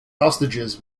hostages